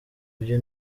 byo